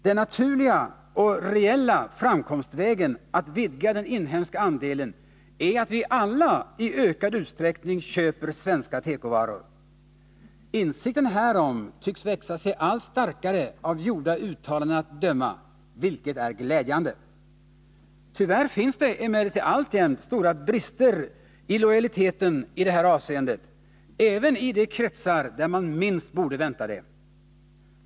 Den naturliga och reella framkomstvägen att vidga den inhemska andelen är att vi alla i ökad utsträckning köper svenska tekovaror. Insikten härom tycks vä allt starkare av gjorda uttalanden att döma, vilket är glädjande. Tyvärr finns det emellertid alltjämt stora brister i lojaliteten i det här avseendet, även i kretsar där man minst borde vänta det.